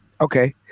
Okay